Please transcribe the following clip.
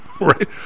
right